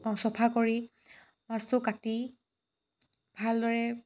চফা কৰি মাছটো কাটি ভালদৰে